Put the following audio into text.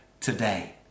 today